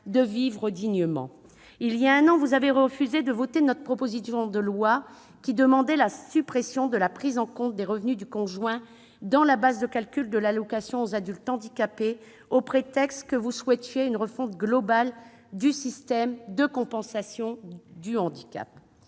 de vivre dignement. Voilà un an, la majorité sénatoriale a refusé de voter notre proposition de loi qui supprimait la prise en compte des revenus du conjoint dans la base de calcul de l'allocation aux adultes handicapés, au prétexte qu'elle souhaitait une refonte globale du système de compensation de handicap.